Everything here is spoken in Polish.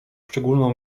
szczególną